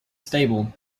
stable